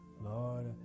Lord